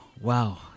wow